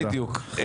בדיוק.